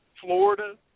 Florida